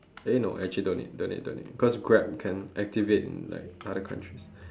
eh no actually don't need don't need cause grab can activate in like other countries